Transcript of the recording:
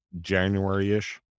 January-ish